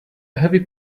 heavy